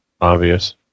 Obvious